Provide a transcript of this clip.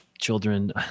children